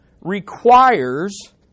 requires